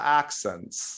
accents